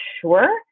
sure